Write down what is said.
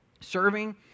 Serving